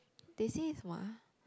they said is what